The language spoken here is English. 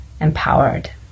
empowered